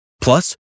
Plus